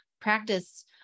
practice